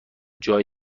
جای